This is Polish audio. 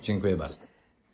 Dziękuję bardzo.